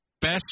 Best